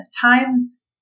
times